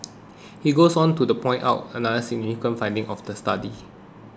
he goes on to point out another significant finding of the study